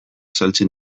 saltzen